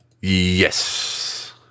Yes